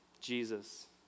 Jesus